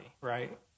right